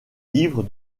livre